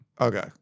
Okay